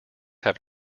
have